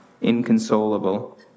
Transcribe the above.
inconsolable